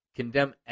condemn